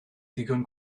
digon